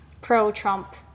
pro-Trump